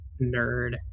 nerd